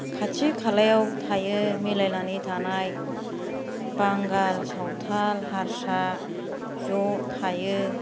खाथि खालायाव थायो मिलायनानै थानाय बांगाल सावथाल हारसा ज' थायो